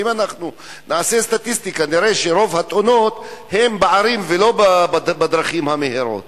ואם נעשה סטטיסטיקה נראה שרוב התאונות הן בערים ולא בדרכים המהירות.